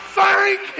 thank